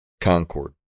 Concord